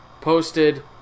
posted